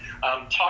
talk